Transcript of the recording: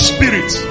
Spirit